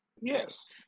Yes